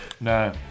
No